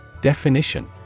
Definition